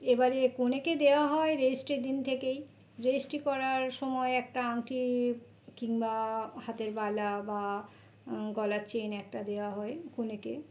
এবারে কনেকে দেওয়া হয় রেজিস্ট্রির দিন থেকেই রেজিস্ট্রি করার সময় একটা আংটি কিংবা হাতের বালা বা গলার চেন একটা দেওয়া হয় কনেকে